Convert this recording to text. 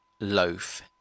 loaf